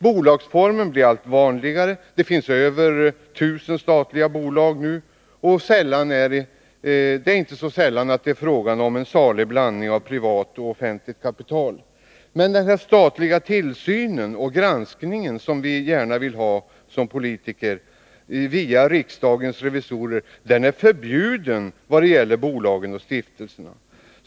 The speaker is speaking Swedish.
Bolagsformen blir allt vanligare — det finns nu över 1 000 statliga bolag. Inte sällan är det fråga om en salig blandning av privat och offentligt kapital. Men den statliga tillsyn och granskning som vi som politiker gärna vill ha via riksdagens revisorer är förbjuden vad gäller bolagen och stiftelserna.